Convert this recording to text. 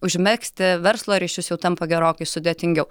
užmegzti verslo ryšius jau tampa gerokai sudėtingiau